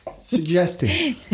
Suggesting